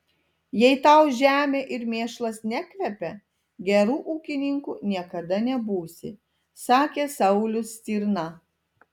jei tau žemė ir mėšlas nekvepia geru ūkininku niekada nebūsi sakė saulius stirna